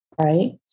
Right